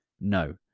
No